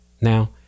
now